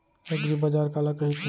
एगरीबाजार काला कहिथे?